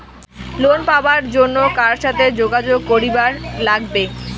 Loan পাবার জন্যে কার সাথে যোগাযোগ করিবার লাগবে?